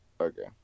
Okay